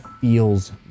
feels